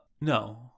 No